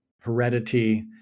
heredity